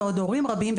ועוד הורים רבים,